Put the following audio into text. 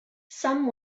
some